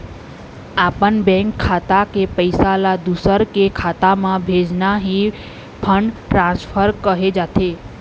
अपन बेंक खाता के पइसा ल दूसर के खाता म भेजना ही फंड ट्रांसफर कहे जाथे